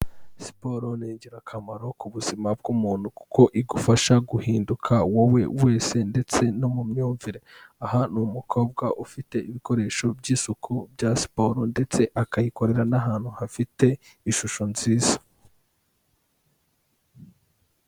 Siporo ni ingirakamaro ku buzima bw'umuntu kuko igufasha guhinduka wowe wese ndetse no mu myumvire aha ni umukobwa ufite ibikoresho by'isuku bya siporo ndetse akayikorera n'ahantu hafite ishusho nziza.